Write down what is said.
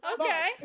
Okay